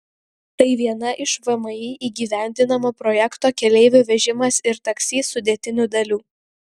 tai viena iš vmi įgyvendinamo projekto keleivių vežimas ir taksi sudėtinių dalių